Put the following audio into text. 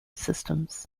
systems